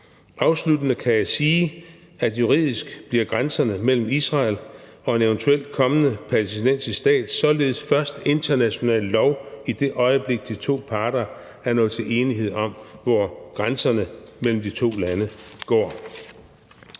Afsluttende kan jeg sige, at juridisk bliver grænserne mellem Israel og en eventuelt kommende palæstinensisk stat således først international lov i det øjeblik, de to parter er nået til enighed om, hvor grænserne mellem de to lande går.